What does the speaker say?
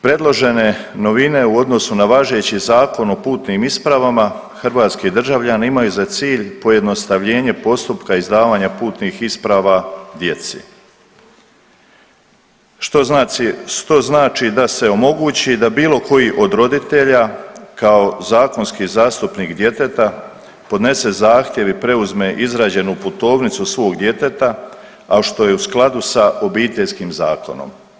Predložene novine u odnosu na važeći Zakon o putnim ispravama hrvatski državljani imaju za cilj pojednostavljenje postupka izdavanja putnih isprava djeci, što znači da se omogući da bilo koji od roditelja kao zakonski zastupnik djeteta podnese zahtjev i preuzme izrađenu putovnicu svog djeteta, a što je u skladu sa Obiteljskim zakonom.